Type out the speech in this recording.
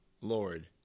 Lord